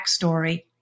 backstory